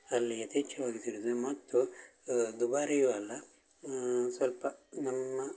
ಅಲ್ಲಿ ಯಥೇಚ್ಚವಾಗಿ ಸಿಗುತ್ತದೆ ಮತ್ತು ದುಬಾರಿಯೂ ಅಲ್ಲ ಸ್ವಲ್ಪ ನಮ್ಮ